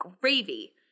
Gravy